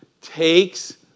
takes